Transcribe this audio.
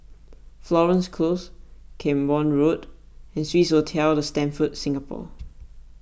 Florence Close Camborne Road and Swissotel the Stamford Singapore